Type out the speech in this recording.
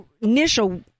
initial